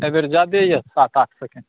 एहिबेर जादा ही रास्ता काट सके